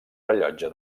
rellotge